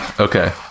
Okay